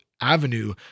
avenue